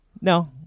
No